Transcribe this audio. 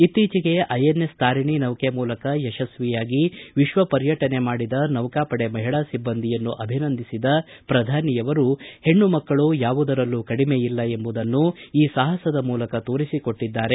ಇತ್ತೀಚೆಗೆ ಐಎನ್ಎಸ್ ತಾರಿಣಿ ನೌಕೆ ಮೂಲಕ ಯಶಸ್ವಿಯಾಗಿ ವಿಶ್ವ ಪರ್ಯಟನೆ ಮಾಡಿದ ನೌಕಾಪಡೆ ಮಹಿಳಾ ಸಿಬ್ಬಂದಿಯನ್ನು ಅಭಿನಂದಿಸಿದ ಪ್ರಧಾನಿ ಅವರು ಹೆಣ್ಣು ಮಕ್ಕಳು ಯಾವುದರಲ್ಲೂ ಕಡಿಮೆ ಇಲ್ಲ ಎಂಬುದನ್ನು ಈ ಸಾಹಸದ ಮೂಲಕ ತೋರಿಸಿ ಕೊಟ್ಟಿದ್ದಾರೆ